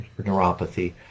neuropathy